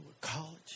college